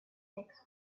makes